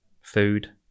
food